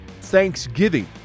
Thanksgiving